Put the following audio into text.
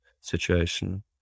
situation